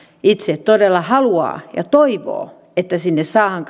itse todella haluaa ja toivoo että sinne saadaan